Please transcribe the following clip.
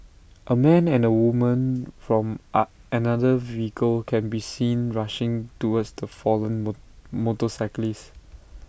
A man and A woman from A another vehicle can be seen rushing towards the fallen motorcyclist